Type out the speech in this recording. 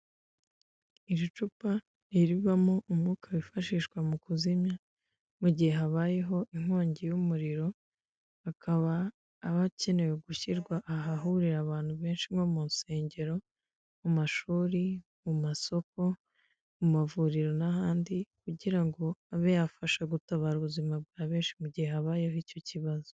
Iri cupa ni irivamo umwuka wifashishwa mu kuzimya mu gihe habayeho inkongi y'umuriro. Akaba aba akenewe gushyirwa ahahurira abantu benshi nko mu nsengero, mu mashuri, mu masoko, mu mavuriro, n'ahandi kugira ngo abe yafasha gutabara ubuzima bwa benshi mu gihe habayeho icyo kibazo.